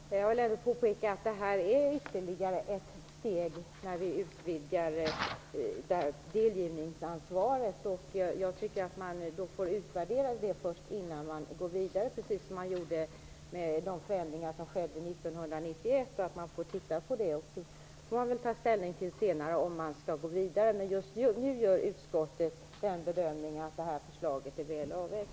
Herr talman! Jag vill påpeka att vi går ytterligare ett steg när vi utvidgar delgivningsansvaret. Man bör utvärdera det innan man går vidare, precis som man gjorde med de förändringar som gjordes 1991. Vi får senare ta ställning till om man skall gå vidare. Just nu gör utskottet den bedömningen att förslaget är väl avvägt.